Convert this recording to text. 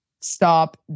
stop